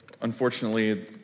Unfortunately